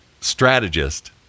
strategist